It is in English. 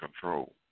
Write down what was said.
control